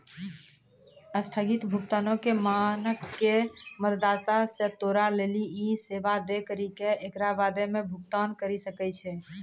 अस्थगित भुगतानो के मानक के मदतो से तोरा लेली इ सेबा दै करि के एकरा बादो मे भुगतान करि सकै छै